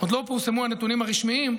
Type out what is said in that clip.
עוד לא פורסמו הנתונים הרשמיים,